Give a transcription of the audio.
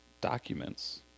documents